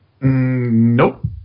Nope